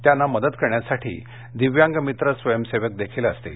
त्यांना मदत करण्यासाठी दिव्यांग मित्र स्वयंसेवकही असतील